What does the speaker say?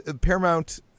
Paramount